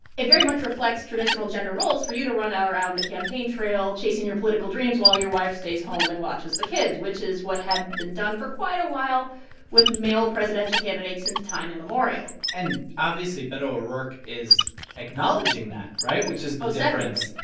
it very much reflects traditional gender roles for you to run ah around the campaign trail, chasing your political dreams while your wife stays home and watches the kids, which is what had been done for quite a while with male presidential candidates since time immemorial and, obviously, beto o'rourke is acknowledging that right? which is the difference.